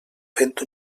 fent